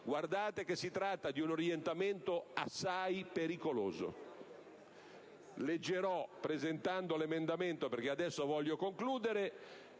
Guardate che si tratta di un orientamento assai pericoloso. Leggerò, presentando l'emendamento (adesso voglio concludere),